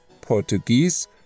Portuguese